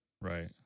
Right